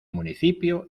municipio